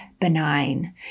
benign